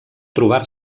trobar